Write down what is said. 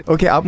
Okay